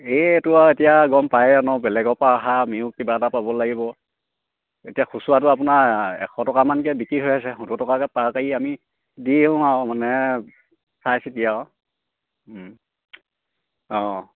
এই এইটো আৰু এতিয়া গম পায় ন বেলেগৰপৰা অহা আমিও কিবা এটা পাব লাগিব এতিয়া খুচুৰাটো আপোনাৰ এশ টকামানকৈ বিক্ৰী হৈ আছে সত্তৰ টকাকৈ পাৰকাৰী আমি দিওঁ আৰু মানে চাইচিতি আৰু অঁ